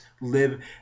live